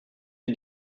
sie